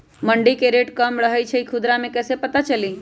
मंडी मे रेट कम रही छई कि खुदरा मे कैसे पता चली?